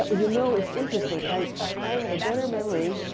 ah but you know, it's interesting. i i have a better memory.